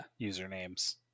usernames